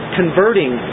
converting